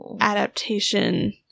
adaptation-